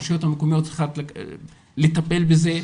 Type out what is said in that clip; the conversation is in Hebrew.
הרשויות המקומיות צריכות לטפל בזה,